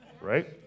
right